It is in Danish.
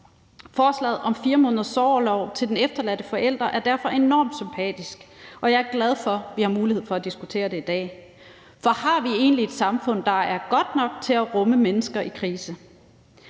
Forslaget om 4 måneders sorgorlov til den efterladte forælder er derfor enormt sympatisk, og jeg er glad for, at vi har mulighed for at diskutere det i dag. For har vi egentlig et samfund, der er godt nok til at rumme mennesker i krise?